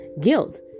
Guilt